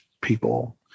people